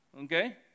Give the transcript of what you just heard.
Okay